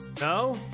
No